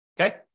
Okay